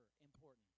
important